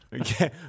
okay